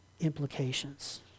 implications